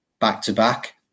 back-to-back